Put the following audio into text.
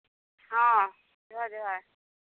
ᱦᱮᱸ ᱡᱚᱦᱟᱨ ᱡᱚᱦᱟᱨ